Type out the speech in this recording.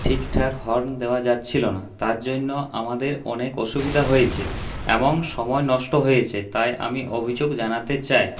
ঠিকঠাক হর্ন দেওয়া যাচ্ছিল না তার জন্য আমাদের অনেক অসুবিধা হয়েছে এবং সময় নষ্ট হয়েছে তাই আমি অভিযোগ জানাতে চাই